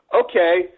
okay